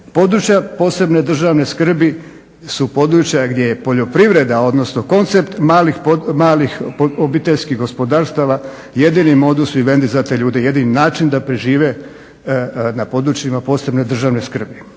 područja posebne državne skrbi su područja gdje poljoprivreda, odnosno koncept malih obiteljskih gospodarstava jedini modus vivendi za te ljude, jedini način da prežive na područjima posebne državne skrbi.